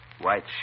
White